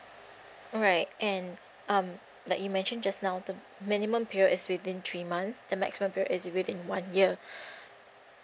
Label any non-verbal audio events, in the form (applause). alright and um like you mentioned just now the minimum period is within three months the maximum period is within one year (breath)